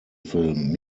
film